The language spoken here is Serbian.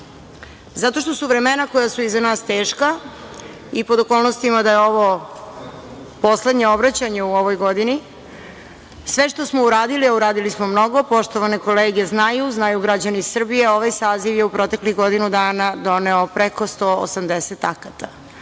Zato što su vremena iza nas teška i pod okolnostima da je ovo poslednje obraćanje u ovoj godini, sve što smo uradili, a uradili smo mnogo, poštovane kolege znaju, znaju građani Srbije, ovaj saziv je u proteklih godinu dana doneo preko 180 akata.